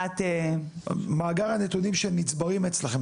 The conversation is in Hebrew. מאגר הנתונים שנצברים אצלכם,